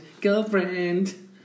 Girlfriend